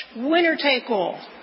winner-take-all